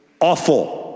awful